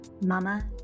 mama